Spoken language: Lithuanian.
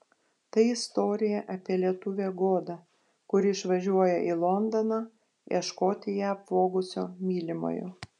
tai istorija apie lietuvę godą kuri išvažiuoja į londoną ieškoti ją apvogusio mylimojo